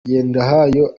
ngendahayo